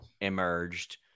emerged